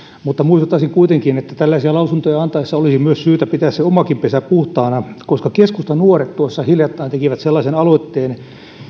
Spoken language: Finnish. mutta muistuttaisin kuitenkin että tällaisia lausuntoja antaessa olisi myös syytä pitää omakin pesä puhtaana nimittäin keskustanuoret tuossa hiljattain tekivät sellaisen aloitteen